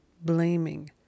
blaming